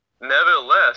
Nevertheless